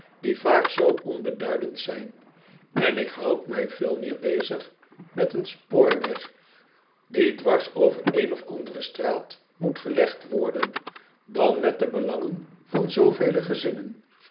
die vaak zoo onbeduidend zijn en ik houd mij veelmeer bezig met een spoorweg die dwars over een of andere straat moet gelegd worden dan met do belangen van zoovele gezinnen